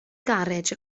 garej